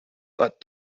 but